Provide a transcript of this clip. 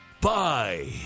Bye